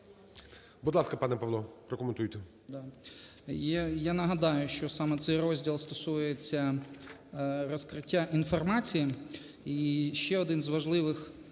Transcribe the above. Будь ласка, пане Павло, прокоментуйте.